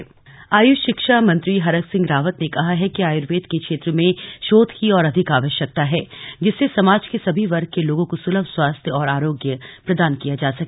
राष्ट्रीय संभाषा आरोग्यम आयुष शिक्षा मंत्री हरक सिंह रावत ने कहा है कि आयुर्वेद के क्षेत्र में शोध की और अधिक आवश्यकता है जिससे समाज के सभी वर्ग के लोगों को सुलभ स्वास्थ्य और आरोग्य प्रदान किया जा सके